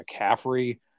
McCaffrey